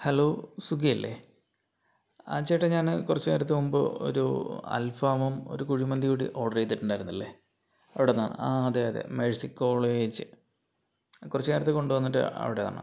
hello സ്വിഗ്ഗിയല്ലേ ആ ചേട്ടാ ഞാൻ കുറച്ച് നേരത്തെ മുമ്പ് ഒരു അൽഫാമും ഒരു കുഴിമന്തികൂടി ഓർഡർ ചെയ്തിട്ടുണ്ടായിരുന്നില്ലേ അവിടെ നിന്നാണ് ആ അതെ അതെ മേഴ്സി കോളേജ് കുറച്ച് നേരത്തെ കൊണ്ടുവന്നിട്ട് അവിടെയാണ്